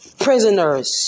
prisoners